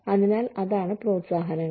അതിനാൽ അതാണ് പ്രോത്സാഹനങ്ങൾ